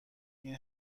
این